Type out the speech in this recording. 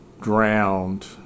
drowned